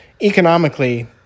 economically